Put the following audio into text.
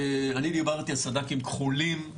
אני דיברתי על סד"כים כחולים,